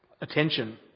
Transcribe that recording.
attention